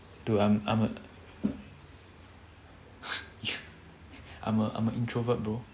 dude I'm I'm a I'm a introvert bro